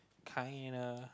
kinda